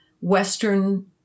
western